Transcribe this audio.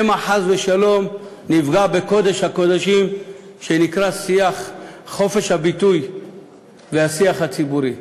שמא חס ושלום נפגע בקודש-הקודשים שנקרא חופש הביטוי והשיח הציבורי.